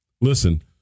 listen